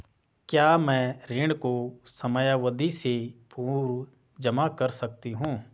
क्या मैं ऋण को समयावधि से पूर्व जमा कर सकती हूँ?